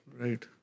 Right